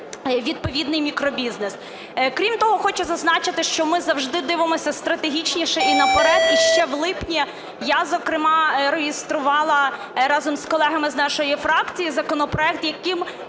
відповідний мікробізнес. Крім того хочу зазначити, що ми завжди дивимося стратегічніше і наперед, і ще в липні я зокрема реєструвала разом з колегами з нашої фракції законопроект, яким